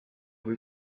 või